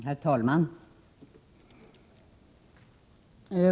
Herr talman!